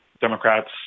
Democrats